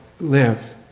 live